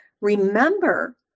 remember